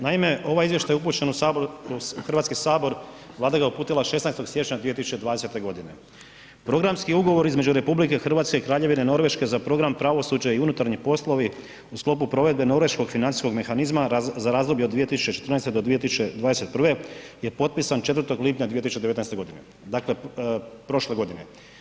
Naime, ovaj izvještaj je upućen u Hrvatski sabor Vlada ga je uputila 16. siječnja 2020. godine, Programski ugovor između RH i Kraljevine Norveške za program pravosuđe i unutarnji poslovi u sklopu provedbe norveškog financijskog mehanizma za razdoblje o 2014. do 2021. je potpisan 4. lipnja 2019. g., dakle prošle godine.